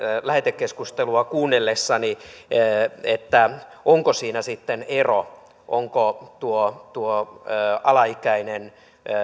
lähetekeskustelua kuunnellessani onko siinä sitten ero onko tuo tuo alaikäinen